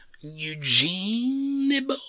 Eugene